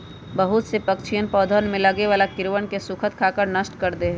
बहुत से पक्षीअन पौधवन में लगे वाला कीड़वन के स्खुद खाकर नष्ट कर दे हई